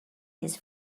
his